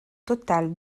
totale